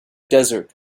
desert